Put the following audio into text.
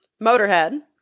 Motorhead